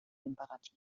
imperativ